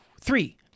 Three